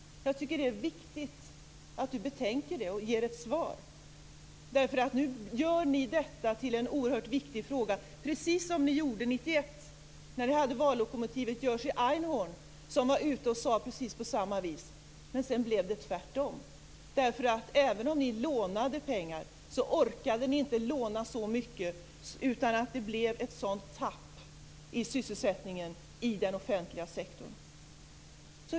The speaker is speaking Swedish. Jag tycker att det är viktigt att Dan Ericsson betänker det och ger ett svar. Nu gör ni detta till en oerhört viktig fråga, precis som ni gjorde 1991. Ni hade då vallokomotivet Jerzy Einhorn som var ute och sade precis samma sak, men sedan blev det tvärtom. Även om ni lånade pengar orkade ni inte låna tillräckligt mycket, utan det blev ett tapp i sysselsättningen i den offentliga sektorn.